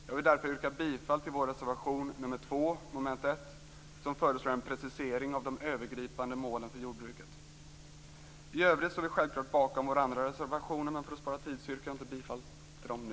Jag vill därför yrka bifall till vår reservation 2 under mom. 1 där vi föreslår en precisering av de övergripande målen för jordbruket. Vi står självklart bakom våra andra reservationer, men för att spara tid yrkar jag inte bifall till dem nu.